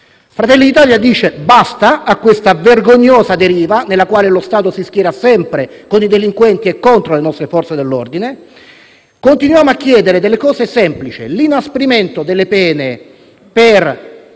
Fratelli d'Italia dice basta a questa vergognosa deriva nella quale lo Stato si schiera sempre con i delinquenti e contro le nostre Forze dell'ordine. Continuiamo a chiedere delle cose semplici, come l'inasprimento delle pene per